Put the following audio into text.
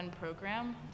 program